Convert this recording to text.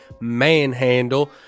manhandle